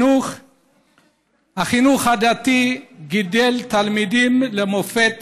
החינוך הדתי גידל תלמידים למופת,